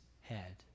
head